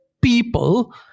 people